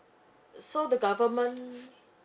so the government